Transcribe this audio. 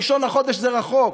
ה-1 בחודש זה רחוק,